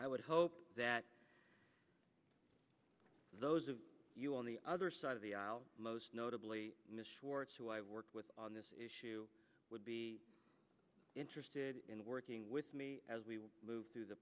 i would hope that those of you on the other side of the aisle most notably mr ward's who i work with on this issue would be interested in working with me we move through the